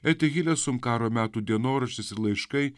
etihilės sum karo metų dienoraštis ir laiškai